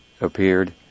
appeared